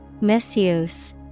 Misuse